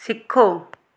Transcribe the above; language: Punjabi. ਸਿੱਖੋ